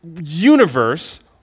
universe